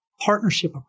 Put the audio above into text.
partnership